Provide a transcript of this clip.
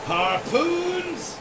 Harpoons